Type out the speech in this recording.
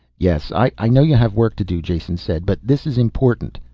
yes, i know you have work to do, jason said. but this is important.